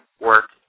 work